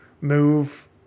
move